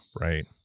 Right